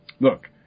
look